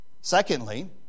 Secondly